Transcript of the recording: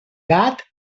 gat